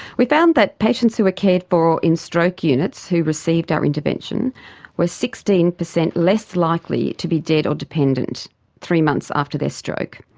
we found that patients who were cared for in stroke units who received received our intervention were sixteen percent less likely to be dead or dependent three months after their stroke.